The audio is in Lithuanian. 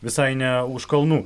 visai ne už kalnų